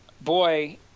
boy